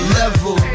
level